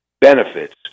benefits